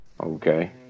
Okay